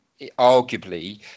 arguably